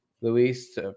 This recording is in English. luis